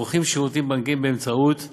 צורכים שירותים בנקאיים באמצעות האינטרנט.